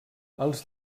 els